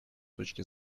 точки